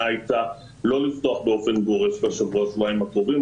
הייתה לא לפתוח באופן גורף בשבוע-שבועיים הקרובים.